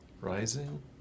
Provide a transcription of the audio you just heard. Rising